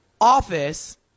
office